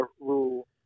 rule